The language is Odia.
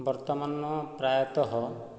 ବର୍ତ୍ତମାନ ପ୍ରାୟତଃ